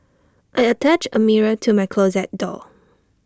I attached A mirror to my closet door